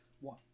One